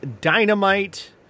Dynamite